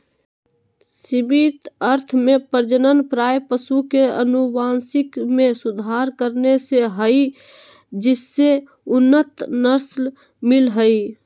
सीमित अर्थ में प्रजनन प्रायः पशु के अनुवांशिक मे सुधार करने से हई जिससे उन्नत नस्ल मिल हई